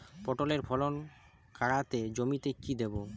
পটলের ফলন কাড়াতে জমিতে কি দেবো?